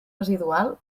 residual